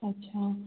अच्छा